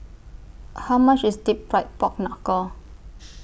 How much IS Deep Fried Pork Knuckle